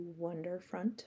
Wonderfront